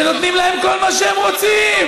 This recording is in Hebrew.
שנותנים להם כל מה שהם רוצים.